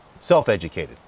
self-educated